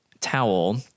towel